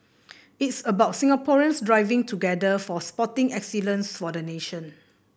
it's about Singaporeans striving together for sporting excellence for the nation